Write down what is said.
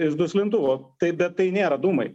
iš duslintuvo taip bet tai nėra dūmai